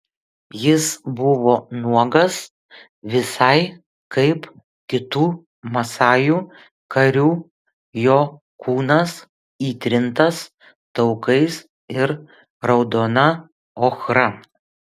jis buvo nuogas visai kaip kitų masajų karių jo kūnas įtrintas taukais ir raudona ochra